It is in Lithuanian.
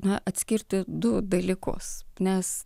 na atskirti du dalykus nes